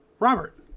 Robert